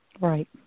Right